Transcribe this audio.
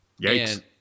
Yikes